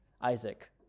Isaac